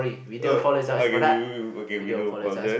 uh okay we will we will okay we do apologize